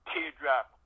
Teardrop